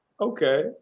Okay